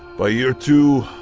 by year two,